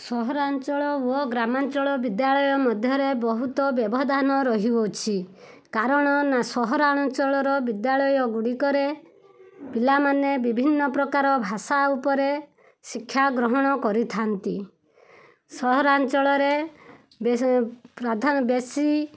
ସହରାଞ୍ଚଳ ଓ ଗ୍ରାମାଞ୍ଚଳ ବିଦ୍ୟାଳୟ ମଧ୍ୟରେ ବହୁତ ବ୍ୟବଧାନ ରହିଅଛି କାରଣ ନା ସହରାଞ୍ଚଳରେ ବିଦ୍ୟାଳୟ ଗୁଡ଼ିକରେ ପିଲାମାନେ ବିଭିନ୍ନପ୍ରକାର ଭାଷା ଉପରେ ଶିକ୍ଷା ଗ୍ରହଣ କରିଥାନ୍ତି ସହରାଞ୍ଚଳରେ ବେଶି